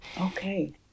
Okay